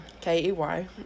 K-E-Y